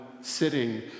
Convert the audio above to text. sitting